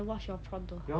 we want to go K_T_V also